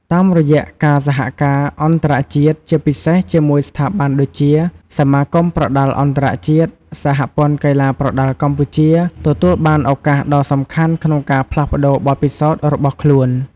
តាមរយៈការសហការអន្តរជាតិ ជាពិសេសជាមួយស្ថាប័នដូចជា សមាគមប្រដាល់អន្តរជាតិ សហព័ន្ធកីឡាប្រដាល់កម្ពុជា ទទួលបានឱកាសដ៏សំខាន់ក្នុងការផ្លាស់ប្ដូរបទពិសោធន៍របស់ខ្លួន។